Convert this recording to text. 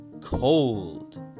Cold